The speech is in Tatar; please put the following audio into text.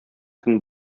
көн